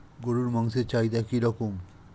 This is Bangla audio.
গরুর মাংসের চাহিদা কি রকম?